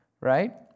right